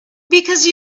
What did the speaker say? because